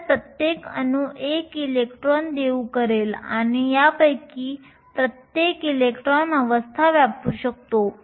तर प्रत्येक अणू 1 इलेक्ट्रॉन देऊ करेल आणि यापैकी प्रत्येक इलेक्ट्रॉन अवस्था व्यापू शकतो